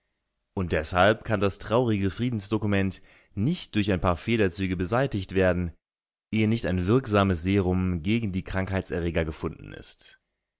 und deshalb kann das traurige friedensdokument nicht durch ein paar federzüge beseitigt werden ehe nicht ein wirksames serum gegen die krankheitserreger gefunden ist